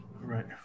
Right